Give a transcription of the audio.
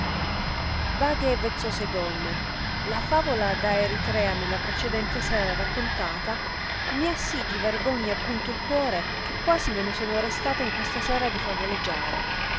vaghe e vezzose donne la favola da eritrea nella precedente sera raccontata mi ha sì di vergogna punto il cuore che quasi me ne sono restata in questa sera di favoleggiare ma